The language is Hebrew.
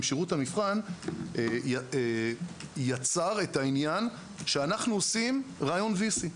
שירות המבחן יצר את העניין שאנחנו עושים ראיון VC,